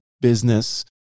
business